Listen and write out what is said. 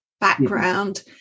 background